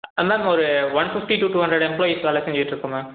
ஆ ma'am ஒரு one fifty to two hundred employees வேலை செஞ்சுட்ருக்கோம் மேம்